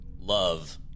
love